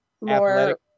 more